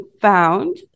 found